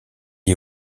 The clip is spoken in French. est